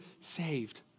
saved